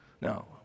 Now